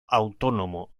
autónomo